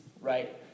right